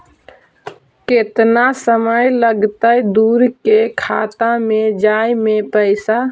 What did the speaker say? केतना समय लगतैय दुसर के खाता में जाय में पैसा?